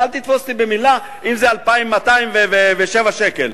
אל תתפוס אותי במלה, אם זה 2,207 שקל.